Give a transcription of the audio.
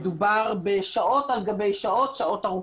מדובר בשעות על גבי שעות ועל שעות ארוכות.